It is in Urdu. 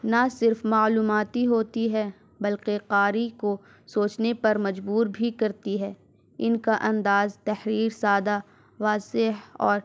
نہ صرف معلوماتی ہوتی ہے بلکہ قاری کو سوچنے پر مجبور بھی کرتی ہے ان کا انداز تحریر سادہ واضح اور